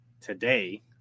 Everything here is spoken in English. today